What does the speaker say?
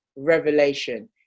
revelation